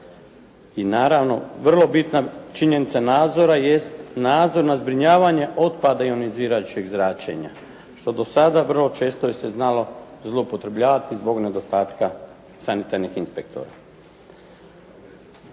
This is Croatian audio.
I naravno vrlo bitna činjenica nadzora jest nadzor nad zbrinjavanjem otpada ionizirajućeg zračenja, što do sada vrlo često se znalo zloupotrebljavati zbog nedostatka sanitarnih inspektora.